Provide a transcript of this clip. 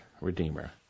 redeemer